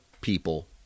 people